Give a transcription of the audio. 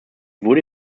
wurde